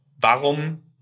warum